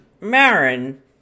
Marin